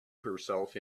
herself